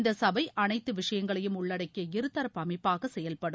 இந்த சபை அனைத்து விஷயங்களையும் உள்ளடக்கிய இருதரப்பு அமைப்பாக செயல்படும்